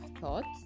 thoughts